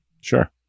Sure